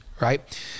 right